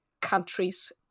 countries